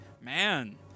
Man